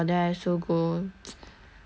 !wah! shit sia because